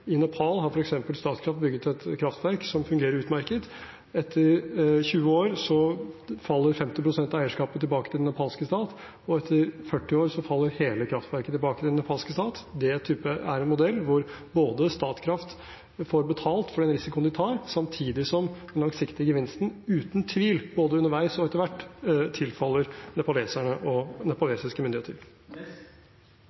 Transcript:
I Nepal har f.eks. Statkraft bygd et kraftverk som fungerer utmerket. Etter 20 år faller 50 pst. av eierskapet tilbake til den nepalske stat, og etter 40 år faller hele kraftverket tilbake til den nepalske stat. Det er en modell hvor Statkraft får betalt for den risikoen de tar, samtidig som den langsiktige gevinsten uten tvil både underveis og etter hvert tilfaller nepalerne og nepalske myndigheter. Eg vil takke statsråden for svaret, for då erkjenner altså statsråden at det